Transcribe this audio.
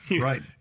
Right